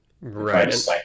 Right